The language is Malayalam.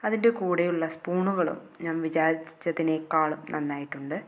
അതിൻ്റെ കൂടെയുള്ള സ്പൂണുകളും ഞാൻ വിചാരിച്ചതിനെക്കാളും നന്നായിട്ടുണ്ട്